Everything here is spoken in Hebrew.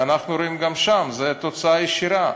ואנחנו רואים גם שם, זו תוצאה ישירה.